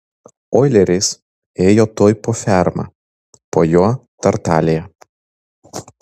oileris ėjo tuoj po ferma po jo tartalija